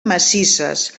massisses